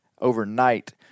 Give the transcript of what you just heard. overnight